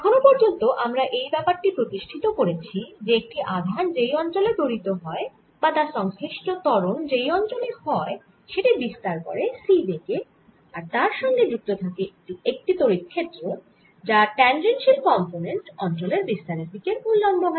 এখনো পর্যন্ত আমরা এই ব্যাপার টি প্রতিষ্ঠিত করেছি যে একটি আধান যেই অঞ্চলে ত্বরিত হয় বা তার সংশ্লিষ্ট তরণ যেই অঞ্চলে হয় সেটি বিস্তার করে c বেগে আর তার সঙ্গে যুক্ত থাকে একটি তড়িৎ ক্ষেত্র যার ট্যাঞ্জেনশিয়াল কম্পোনেন্ট অঞ্চলের বিস্তারের দিকের উল্লম্ব হয়